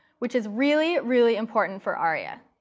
which is really, really important for aria.